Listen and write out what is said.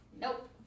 Nope